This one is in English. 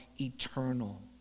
eternal